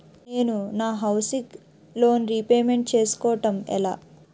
నేను నా housing loan repayment చేసుకోవటం ఎలా?